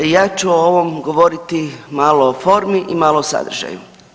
Ja ću o ovom govoriti malo o formi i malo o sadržaju.